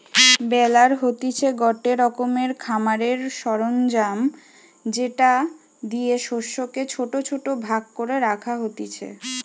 বেলার হতিছে গটে রকমের খামারের সরঞ্জাম যেটা দিয়ে শস্যকে ছোট ছোট ভাগ করে রাখা হতিছে